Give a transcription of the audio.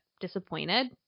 disappointed